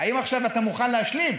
האם עכשיו אתה מוכן להשלים,